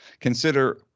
consider